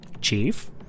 Chief